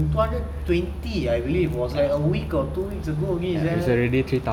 two hundred twenty I believe was like a week or two weeks ago only sia